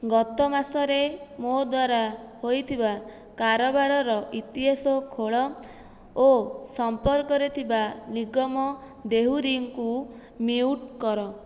ଗତ ମାସରେ ମୋ ଦ୍ୱାରା ହୋଇଥିବା କାରବାରର ଇତିହାସ ଖୋଳ ଓ ସମ୍ପର୍କରେ ଥିବା ନିଗମ ଦେହୁରୀଙ୍କୁ ମ୍ୟୁଟ୍ କର